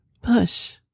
push